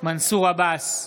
מנסור עבאס,